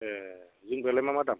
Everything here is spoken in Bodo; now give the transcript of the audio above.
ए जोमग्रायालाइ मा मा दाम